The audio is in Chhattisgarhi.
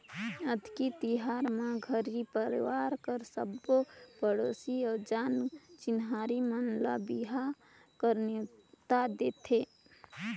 अक्ती तिहार म घरी परवार कर सबो पड़ोसी अउ जान चिन्हारी मन ल बिहा कर नेवता देथे